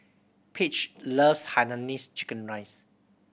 Page loves hainanese chicken rice